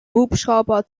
hubschrauber